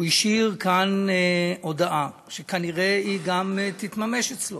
הוא השאיר כאן הודעה, שכנראה היא גם תתממש אצלו: